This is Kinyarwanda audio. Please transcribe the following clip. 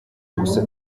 gusa